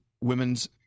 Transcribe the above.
women's